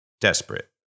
desperate